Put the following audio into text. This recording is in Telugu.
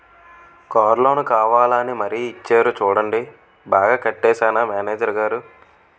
కారు లోను కావాలా అని మరీ ఇచ్చేరు చూడండి బాగా కట్టేశానా మేనేజరు గారూ?